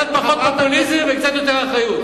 קצת פחות פופוליזם וקצת יותר אחריות.